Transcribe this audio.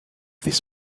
this